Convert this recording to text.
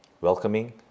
Welcoming